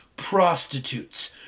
prostitutes